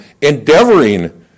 endeavoring